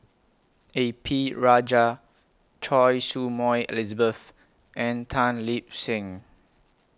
A P Rajah Choy Su Moi Elizabeth and Tan Lip Seng